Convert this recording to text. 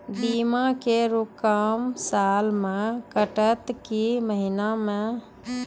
बीमा के रकम साल मे कटत कि महीना मे?